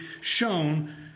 shown